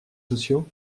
sociaux